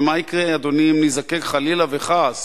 ומה יקרה, אדוני, אם נזדקק חלילה וחס